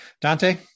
Dante